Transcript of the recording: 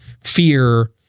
fear